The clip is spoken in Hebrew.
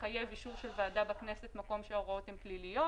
מחייב אישור של ועדה בכנסת כשההוראות הן פליליות.